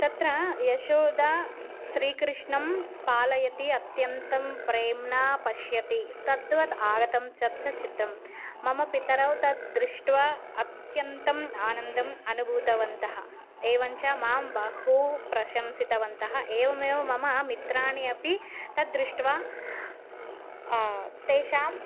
तत्र यशोदा स्रीकृष्णं पालयति अत्यन्तं प्रेम्णा पश्यति तद्वत् आगतं तच्च चित्रं मम पितरौ तद् दृष्ट्वा अत्यन्तम् आनन्दम् अनुभूतवन्तः एवं च मां बहू प्रशंसितवन्तः एवमेव मम मित्राणि अपि तद्दृष्ट्वा तेषां